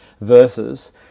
verses